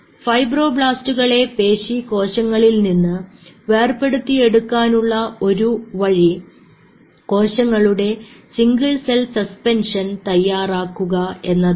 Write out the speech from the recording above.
ഫൈബ്രോബ്ലാസ്റ്റുകളെ പേശി കോശങ്ങളിൽ നിന്ന് വേർപെടുത്തിയെടുക്കാനുള്ള ഒരു വഴി കോശങ്ങളുടെ സിംഗിൾ സെൽ സസ്പെൻഷൻ തയ്യാറാക്കുക എന്നതാണ്